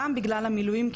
גם בעניין המילואים,